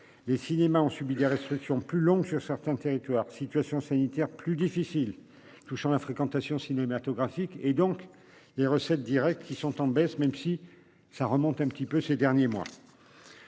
les cinémas ont subi des restrictions plus longue que certains territoires situations sanitaires plus difficiles touchant la fréquentation cinématographique et donc les recettes directes qui sont en baisse même si ça remonte un petit peu ces derniers mois.